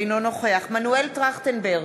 אינו נוכח מנואל טרכטנברג,